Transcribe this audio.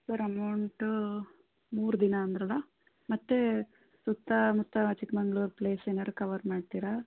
sir amount ಮೂರು ದಿನ ಅಂದಿರಲ್ಲ ಮತ್ತೆ ಸುತ್ತಮುತ್ತ ಚಿಕ್ಕಮಗ್ಳೂರ್ ಪ್ಲೇಸ್ ಏನಾದ್ರು ಕವರ್ ಮಾಡ್ತೀರಾ